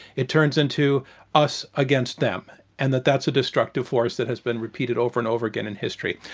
it turns into us against them and that that's the destructive force that has been repeated over and over again in history.